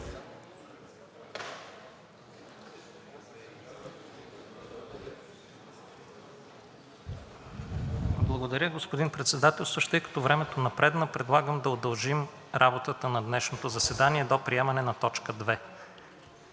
Благодаря, господин Председателстващ. Тъй като времето напредна, предлагам да удължим работата на днешното заседание до приемане на т. 3.